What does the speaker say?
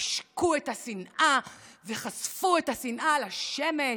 השקו את השנאה וחשפו את השנאה לשמש,